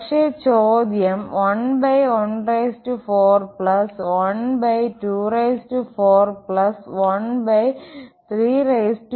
പക്ഷേ ചോദ്യം 114124134